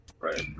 Right